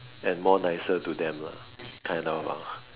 and more nicer to them lah kind of ah